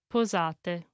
Posate